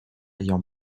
ayant